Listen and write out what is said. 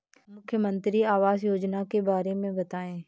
मुख्यमंत्री आवास योजना के बारे में बताए?